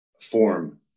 form